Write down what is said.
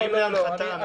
לא, לא, לא.